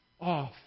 off